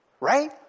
Right